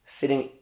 sitting